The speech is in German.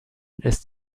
ist